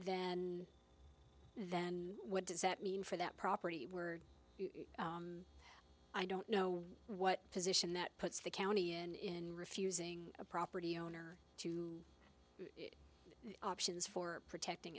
then then what does that mean for that property were i don't know what position that puts the county in refusing a property owner to options for protecting